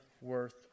worth